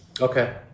Okay